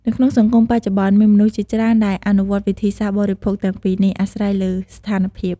នៅក្នុងសង្គមបច្ចុប្បន្ន មានមនុស្សជាច្រើនដែលអនុវត្តវិធីសាស្ត្របរិភោគទាំងពីរនេះ អាស្រ័យលើស្ថានភាព។